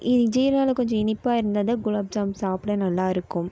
இ ஜீராவில் கொஞ்சம் இனிப்பாக இருந்தால் தான் குலோப்ஜாம் சாப்பிட நல்லாயிருக்கும்